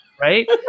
right